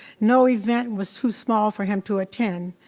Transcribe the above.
no event was too small for him to attend.